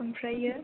ओमफ्राय